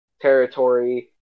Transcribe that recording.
territory